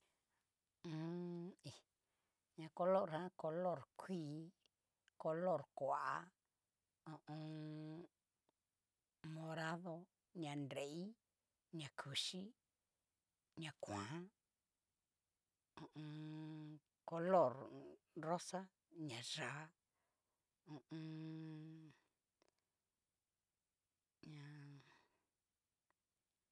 hí ña color ján, color kuii, kolor koa, ha u un. morado, ña nrei, ña yuxí, ña kuan, ho o on. color rosa, ña yáa, hu u un. ña